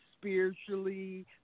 spiritually